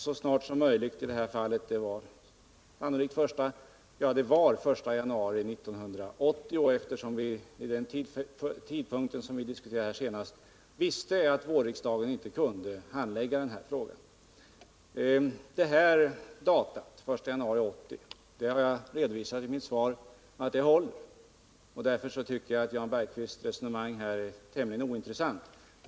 Så snart som möjligt var i detta fall den 1 januari 1980, eftersom vi vid den tidpunkt som vi diskuterade detta senast visste att riksdagen i våras inte kunde handlägga frågan. Jag har redovisat i mitt svar att detta datum-den I Nr 26 januari 1980 — håller. Därför tycker jag att Jan Bergqvists resonemang är - Måndagen den tämligen ointressant.